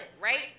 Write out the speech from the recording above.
right